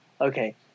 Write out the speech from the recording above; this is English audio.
okay